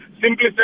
simply